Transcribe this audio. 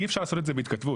אי-אפשר לעשות את זה בהתכתבות.